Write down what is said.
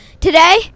Today